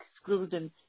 exclusion